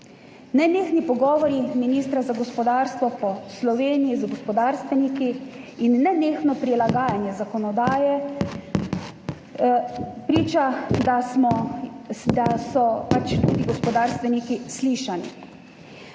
Nenehni pogovori ministra za gospodarstvo po Sloveniji z gospodarstveniki in nenehno prilagajanje zakonodaje priča, da so pač tudi gospodarstveniki slišani.